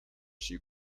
she